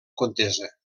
contesa